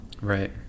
Right